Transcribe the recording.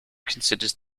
considers